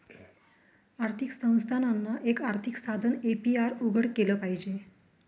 आर्थिक संस्थानांना, एक आर्थिक साधन ए.पी.आर उघडं केलं पाहिजे